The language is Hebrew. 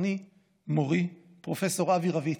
וחותני-מורי פרופ' אבי רביצקי,